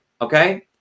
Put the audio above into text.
okay